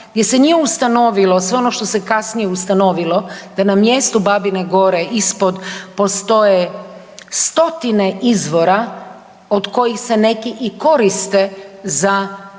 gdje se nije ustanovilo sve ono što se kasnije ustanovilo da na mjestu Babine Gore ispod postoje stotine izvora od kojih se neki i koriste za